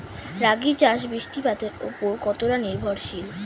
রাগী চাষ বৃষ্টিপাতের ওপর কতটা নির্ভরশীল?